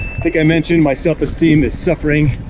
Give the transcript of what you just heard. like i mentioned, my self esteem is suffering,